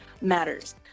matters